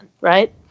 Right